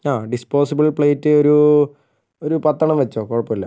ആ ഡിസ്പോസിബിൾ പ്ലേറ്റൊരു ഒരു പത്തെണ്ണം വെച്ചോ കുഴപ്പമില്ല